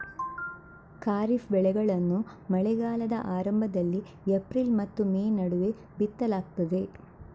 ಖಾರಿಫ್ ಬೆಳೆಗಳನ್ನು ಮಳೆಗಾಲದ ಆರಂಭದಲ್ಲಿ ಏಪ್ರಿಲ್ ಮತ್ತು ಮೇ ನಡುವೆ ಬಿತ್ತಲಾಗ್ತದೆ